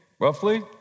roughly